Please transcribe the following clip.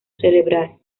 cerebral